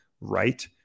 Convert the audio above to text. right